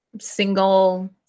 single